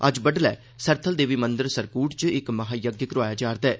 अज्ज बडलै सरथल देवी मंदर सरकूट च इक महायज्ञ करोआया जा'रदा ऐ